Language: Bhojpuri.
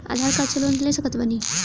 आधार कार्ड से लोन ले सकत बणी?